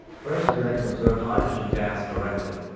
firstly, they can observe hydrogen gas directly,